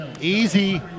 easy